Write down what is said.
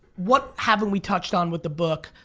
what haven't we touched on with the book?